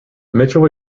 mitchell